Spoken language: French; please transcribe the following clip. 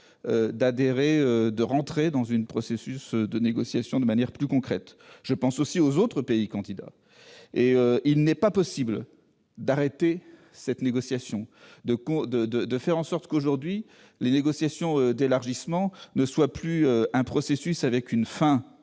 permettre d'entrer dans le processus de négociation de manière plus concrète. Je pense aussi aux autres pays candidats. Il n'est pas possible d'arrêter cette négociation, de faire qu'aujourd'hui les négociations d'élargissement soient non plus un processus avec une fin